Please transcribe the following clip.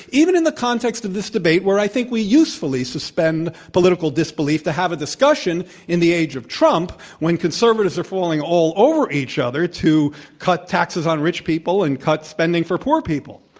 even in the context of this debate where i think we usefully suspend political disbelief to have a discussion in the age of trump when conservatives are falling all over each other to cut taxes on rich people and cut spending for poor people.